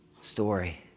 story